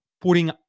putting